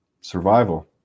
survival